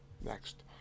Next